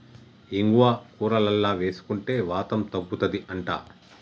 ఇంగువ కూరలల్ల వేసుకుంటే వాతం తగ్గుతది అంట